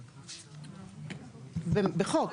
בחוק.